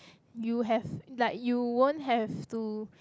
you have like you won't have to